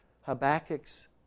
Habakkuk's